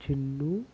Chinnu